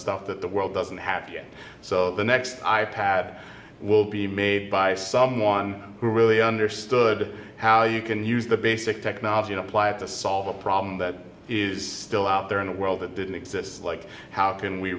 stuff that the world doesn't happen yet so the next i pad will be made by someone who really understood how you can use the basic technology and apply it to solve a problem that is still out there in the world that didn't exist like how can we